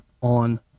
on